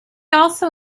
also